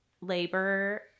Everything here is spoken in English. labor